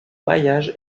maillage